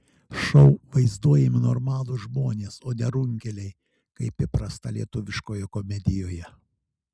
šou vaizduojami normalūs žmonės o ne runkeliai kaip įprasta lietuviškoje komedijoje